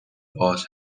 باز